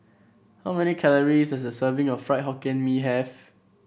how many calories does a serving of Fried Hokkien Mee have